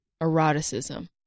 eroticism